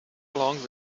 along